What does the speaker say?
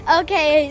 okay